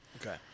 Okay